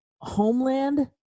Homeland